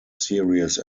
series